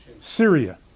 Syria